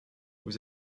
vous